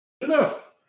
Enough